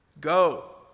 go